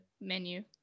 menu